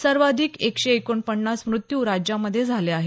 सर्वाधिक एकशे एकोणपन्नास मृत्यू राज्यामध्ये झाले आहेत